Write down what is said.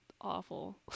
awful